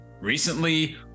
Recently